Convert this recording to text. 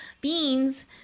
Beans